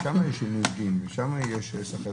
אם שם יש סחבת,